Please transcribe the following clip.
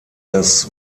das